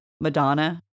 Madonna